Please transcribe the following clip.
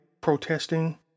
protesting